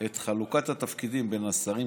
את חלוקת התפקידים בין השרים,